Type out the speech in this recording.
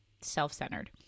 self-centered